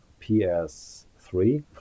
PS3